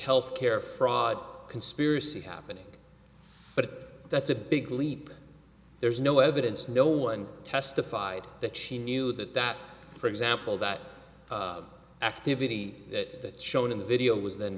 health care fraud conspiracy happening but that's a big leap there's no evidence no one testified that she knew that that for example that activity that shown in the video was then